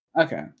Okay